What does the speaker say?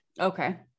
Okay